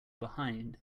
behind